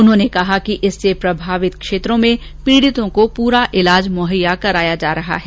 उन्होंने कहा कि इससे प्रभावित क्षेत्र में पीड़ितों को पूरा इलाज मुहैया कराया जा रहा है